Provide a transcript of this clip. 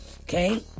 Okay